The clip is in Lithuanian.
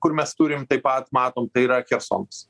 kur mes turim taip pat matom tai yra chersonas